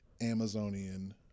Amazonian